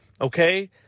okay